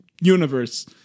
universe